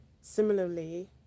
Similarly